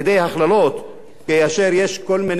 כאשר יש כל מיני טרוריסטים,